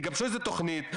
תגבשו תוכנית,